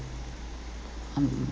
um